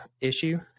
issue